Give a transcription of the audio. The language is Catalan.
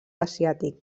asiàtic